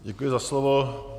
Děkuji za slovo.